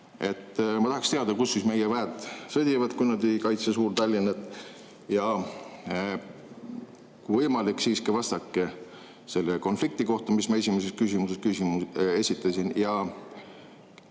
Ma tahaks teada, kus siis meie väed sõdivad, kui nad ei kaitse Suur-Tallinna. Kui võimalik, siis vastake ka selle konflikti kohta, mis ma esimeses küsimuses esitasin.